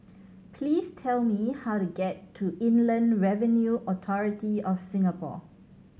please tell me how to get to Inland Revenue Authority of Singapore